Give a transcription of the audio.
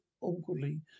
awkwardly